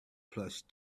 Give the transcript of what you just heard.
plush